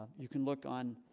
you can look on